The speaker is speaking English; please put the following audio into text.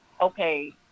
okay